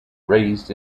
raised